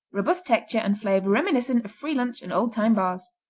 robust texture and flavor reminiscent of free-lunch and old-time bars.